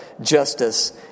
justice